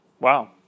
wow